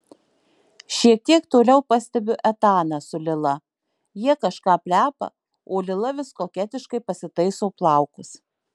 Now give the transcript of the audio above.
šiek tiek toliau pastebiu etaną su lila jie kažką plepa o lila vis koketiškai pasitaiso plaukus